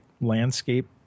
landscape